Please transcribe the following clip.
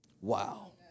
Wow